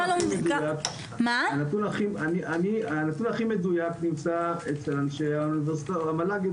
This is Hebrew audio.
הנתון הכי מדויק נמצא אצל המל"ג.